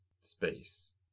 space